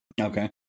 Okay